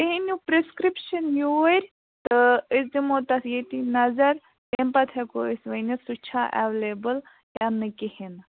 تُہۍ أنِو پرٛیسکرٛپشَن یوٗرۍ تہٕ أسۍ دِمو تتھ ییٚتی نظر تَمہِ پَتہٕ ہیٚکو أسۍ ؤنِتھ سُہ چھا ایٚویلیبُل یا نہٕ کِہیٖنٛۍ